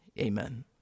Amen